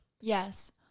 Yes